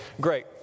Great